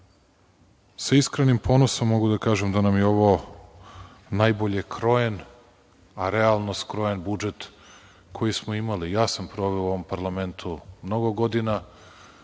Sa iskrenim ponosom mogu da kažem da nam je ovo najbolje krojen a realno skrojen budžet koji smo imali. Ja sam proveo u ovom parlamentu mnogo godina,